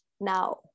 now